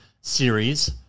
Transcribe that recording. series